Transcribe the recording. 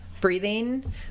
breathing